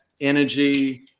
energy